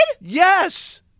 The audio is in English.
Yes